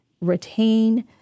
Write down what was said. retain